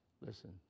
Listen